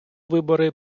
вибори